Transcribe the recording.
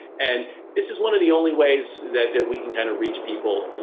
and this is one of the only ways that that we can kind of reach people, you